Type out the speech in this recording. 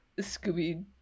Scooby